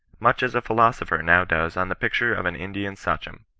much as a philosopher now does on the picture of an indian sachom,